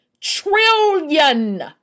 trillion